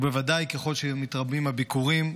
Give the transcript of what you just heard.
ובוודאי ככל שמתרבים הביקורים,